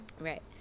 Right